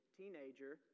teenager